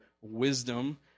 wisdom